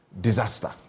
disaster